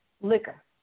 liquor